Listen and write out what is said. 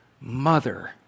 mother